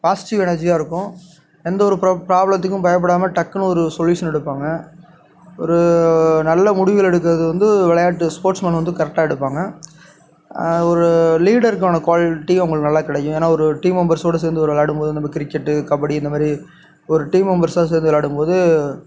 positive எனர்ஜியாக இருக்கும் எந்த ஒரு ப்ராப் ப்ராப்ளத்துக்கும் பயப்படாமல் டக்குன்னு ஒரு சொல்யூஷன் எடுப்பாங்க ஒரு நல்ல முடிவுகள் எடுக்கிறது வந்து விளையாட்டு ஸ்போர்ட்ஸ்மேன் வந்து கர்ட்டாக எடுப்பாங்க ஒரு லீடருக்கான குவாலிட்டி அவங்களுக்கு நல்லா கிடைக்கும் ஏன்னால் ஒரு டீம் மெம்பர்ஸோடு சேர்ந்து ஒரு விளாடும்போது நம்ம கிரிக்கெட்டு கபடி இந்தமாதிரி ஒரு டீம் மெம்பர்ஸாக சேர்ந்து விளாடும்போது